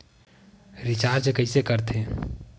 Recharge कइसे कर थे?